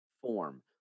form